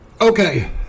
Okay